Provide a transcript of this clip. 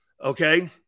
Okay